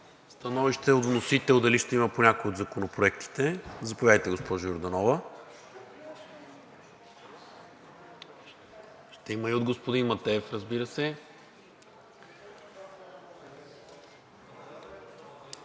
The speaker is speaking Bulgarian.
Становище от вносител, дали ще има по някой от законопроектите? Заповядайте, госпожо Йорданова. Ще има и от господин Матеев, разбира се.